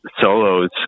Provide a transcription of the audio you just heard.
solos